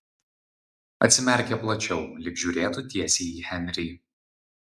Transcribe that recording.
atsimerkė plačiau lyg žiūrėtų tiesiai į henrį